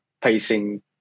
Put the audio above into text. pacing